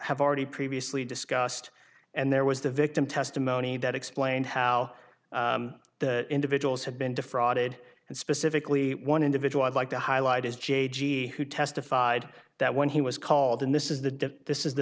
have already previously discussed and there was the victim testimony that explained how the individuals have been defrauded and specifically one individual i'd like to highlight is j g who testified that when he was called in this is the this is the